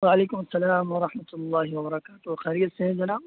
وعلیکم السلام ورحمۃ اللہ وبرکاتہ خیریت سے ہیں جناب